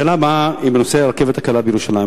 השאלה הבאה היא בנושא הרכבת הקלה בירושלים.